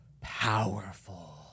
powerful